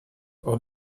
off